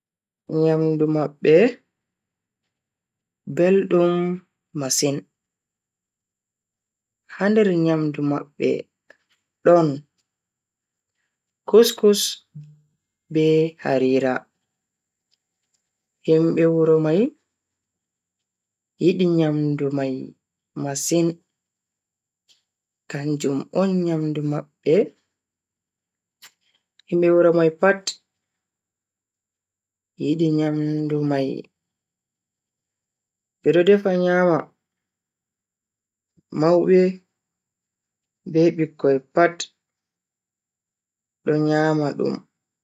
Nyamdu mabbe beldum masin, ha nder nyamdu mabbe don, couscous be harira Himbe wuro mai yidi nyamdu mai masin kanjum on nyamdu mabbe himbe wuro mai pat yidi nyamdu mai bedo defa nyama. maube be bikkoi pat do nyama dum.